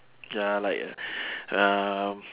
ya like a um